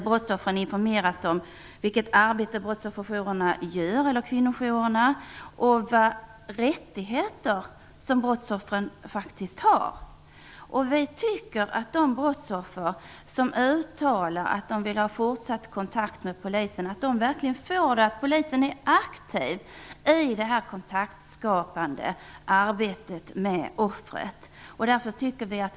Brottsoffren skall informeras om vilket arbete brottsofferjourerna eller kvinnojourerna gör och vilka rättigheter som brottsoffren faktiskt har. Vi tycker att de brottsoffer som uttalar att de vill ha fortsatt kontakt med polisen verkligen skall få det och att polisen är aktiv i det kontaktskapande arbetet med offret.